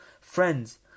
friends